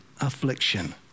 affliction